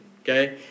Okay